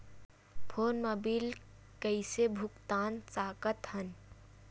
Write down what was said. Phone मा bill कइसे भुक्तान साकत हन?